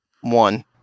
one